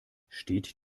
steht